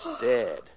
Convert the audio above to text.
dead